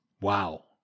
Wow